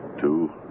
Two